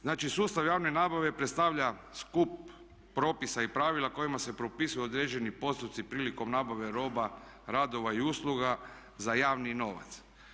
Znači, sustav javne nabave predstavlja skup propisa i pravila kojima se propisuju određeni postupci prilikom nabave roba, radova i usluga za javni novac.